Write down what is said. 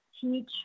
teach